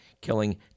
killing